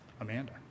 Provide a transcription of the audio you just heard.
Amanda